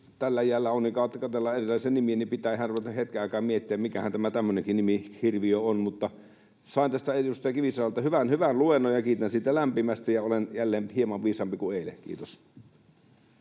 tällä iällä katsellaan erilaisia nimiä, pitää ihan hetken aikaa miettiä, että mikähän tämä tämmöinenkin nimihirviö on. Sain tästä edustaja Kivisaarelta hyvän luennon ja kiitän siitä lämpimästi ja olen jälleen hieman viisaampi kuin eilen. — Kiitos.